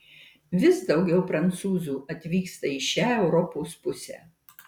vis daugiau prancūzų atvyksta į šią europos pusę